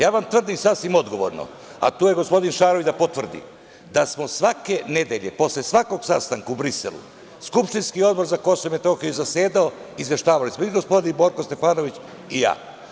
Ja vam tvrdim sasvim odgovorno, a tu je gospodin Šarović da potvrdi, da smo svake nedelje, posle svakog sastanka u Briselu, skupštinski Odbor za KiM je zasedao i izveštavali smo i gospodin Borko Stefanović i ja.